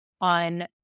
on